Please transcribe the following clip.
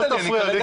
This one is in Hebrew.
תפריע לי.